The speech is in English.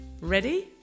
ready